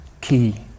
key